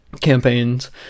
campaigns